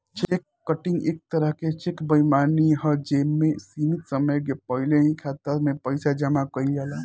check cutting एक तरह के चेक बेईमानी ह जे में सीमित समय के पहिल ही खाता में पइसा जामा कइल जाला